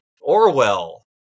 Orwell